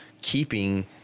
keeping